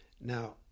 Now